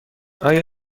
آیا